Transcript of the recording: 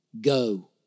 go